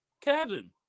Kevin